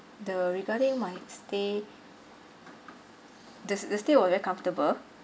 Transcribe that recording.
the regarding my stay the s~ the stay was very comfortable